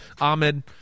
Ahmed